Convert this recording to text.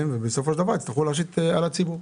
שבסופו של דבר הם יצטרכו להשית אותה על הציבור.